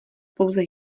pouze